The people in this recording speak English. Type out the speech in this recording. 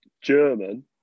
German